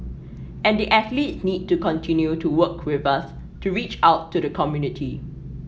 and the athletes need to continue to work with us to reach out to the community